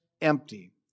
empty